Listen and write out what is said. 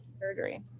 surgery